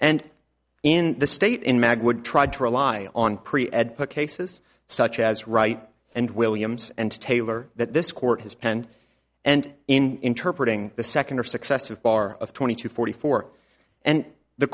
and in the state in mag would try to rely on pre ed put cases such as right and williams and taylor that this court has penned and in interpret ing the second or successive bar of twenty to forty four and the